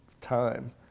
time